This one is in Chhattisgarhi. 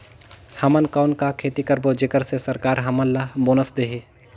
हमन कौन का खेती करबो जेकर से सरकार हमन ला बोनस देही?